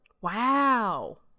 Wow